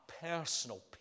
personal